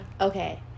Okay